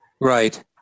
Right